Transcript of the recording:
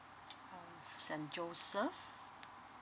um saint joseph